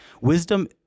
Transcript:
Wisdom